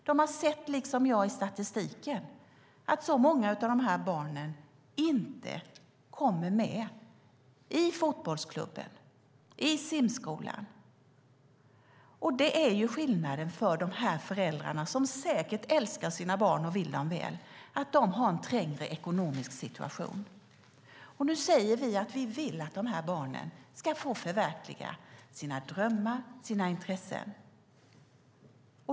De har liksom jag sett i statistiken att så många av de här barnen inte kommer med i fotbollsklubben eller i simskolan. Skillnaden för de här föräldrarna, som säkert älskar sina barn och vill dem väl, är att de har en trängre ekonomisk situation. Nu säger vi att vi vill att de här barnen ska få förverkliga sina drömmar och sina intressen.